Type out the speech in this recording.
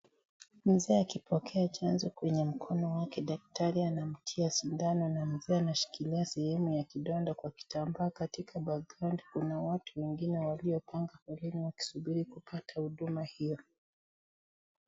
Mzee akipokea chanjo kwenye mkono wake, daktari anamtia sindano na mzee anashikilia sehemu ya kidonda kwa kitambaa katika(cs)background (cs), kuna watu wengine walio panga foleni wakisubiri kupata huduman hio.